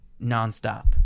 nonstop